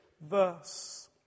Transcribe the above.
verse